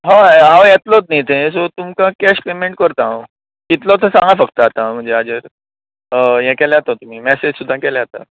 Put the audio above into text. हय हांव येतलो नी थंय सो तुमकां कॅश पेयमेंट करतां हांव कितलो तो सांगा फक्त आता म्हणजे हाजेर हें केल्यार जाता तुमी मेसेज सुद्दां केल्यार जाता